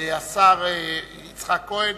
לסדר-היום השר יצחק כהן,